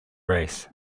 race